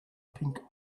pink